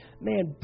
man